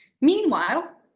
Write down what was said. Meanwhile